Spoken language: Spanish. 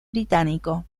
británico